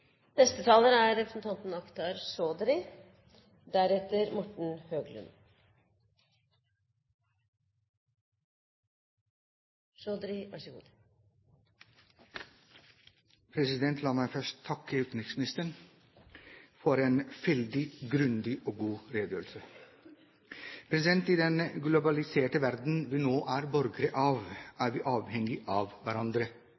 La meg først takke utenriksministeren for en fyldig, grundig og god redegjørelse. I den globaliserte verden vi nå er borgere av, er vi avhengig av hverandre.